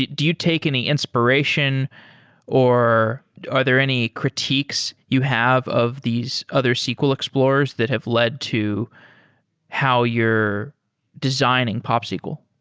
do you take any inspiration or are there any critiques you have of these other sql explorers that have led to how your designing popsql?